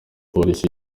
polisi